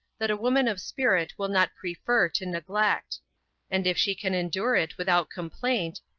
that a woman of spirit will not prefer to neglect and if she can endure it without complaint,